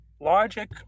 Logic